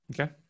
Okay